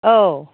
औ